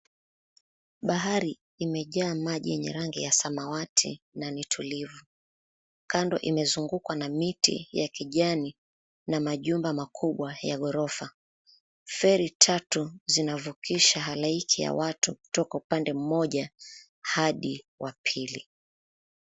Bahari imejaa maji yenye rangi ya samawati na ni tulivu. Kando imezungukwa na miti ya kijani na majumba makubwa ya ghorofa. Ferry tatu zinavukisha halaiki ya watu kutoka upande mmoja hadi wa pili.